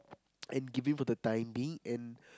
and giving for the time being and